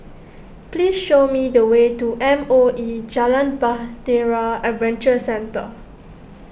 please show me the way to M O E Jalan Bahtera Adventure Centre